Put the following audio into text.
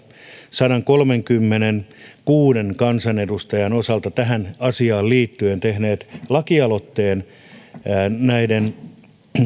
sadankolmenkymmenenkuuden kansanedustajan osalta tähän asiaan liittyen tehneet lakialoitteen